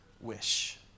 wish